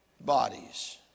bodies